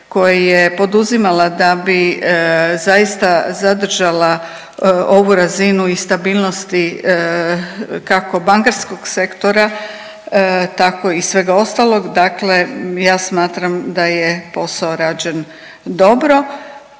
koje je poduzimala da bi zaista zadržala ovu razinu i stabilnosti kako bankarskog sektora tako i svega ostalog dakle ja smatram da je posao rađen dobro,